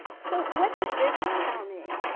so what does this tell me?